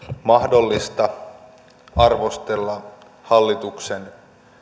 mahdollista arvostella hallituksen